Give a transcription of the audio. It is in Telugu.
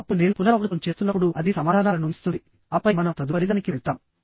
అప్పుడు నేను పునరావృతం చేస్తున్నప్పుడు అది సమాధానాలను ఇస్తుంది ఆపై మనం తదుపరిదానికి వెళ్తాము